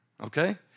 okay